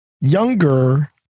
younger